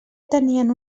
tenien